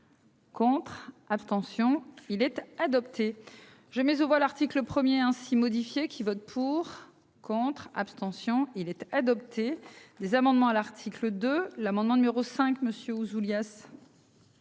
Contre, abstention il était adopté, je mets aux voix l'article premier ainsi modifié qui votent pour, contre, abstention il était adopté des amendements à l'article de l'amendement numéro 5 Monsieur Ouzoulias.